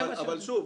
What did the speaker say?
אבל שוב,